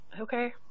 Okay